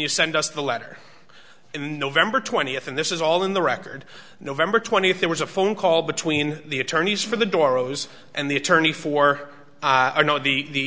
you send us the letter in november twentieth and this is all in the record november twentieth there was a phone call between the attorneys for the door rose and the attorney for the